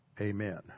Amen